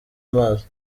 amazi